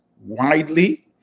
widely